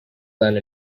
land